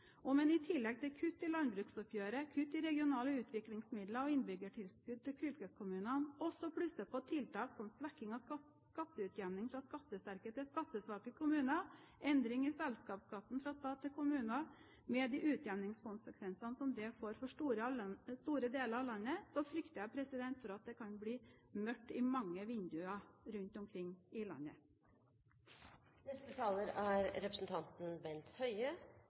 best. Men konsekvensene vil være de samme for store deler av landet vårt og få dramatiske følger for arbeidsplasser og bosetting. Om en i tillegg til kutt i landbruksoppgjøret og kutt i regionale utviklingsmidler og innbyggertilskudd til fylkeskommunene også plusser på tiltak som svekking av skatteutjevningen fra skattesterke til skattesvake kommuner og endring i selskapsskatten fra staten til kommunene, med de utjevningskonsekvensene det får i store deler av landet, frykter jeg for at det kan bli mørkt i mange vinduer rundt omkring i